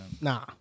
Nah